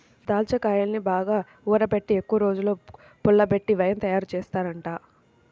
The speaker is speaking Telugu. దాచ్చాకాయల్ని బాగా ఊరబెట్టి ఎక్కువరోజులు పుల్లబెట్టి వైన్ తయారుజేత్తారంట